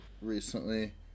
recently